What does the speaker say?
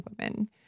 women